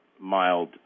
mild